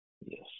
Yes